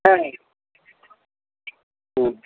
হ্যাঁ হুম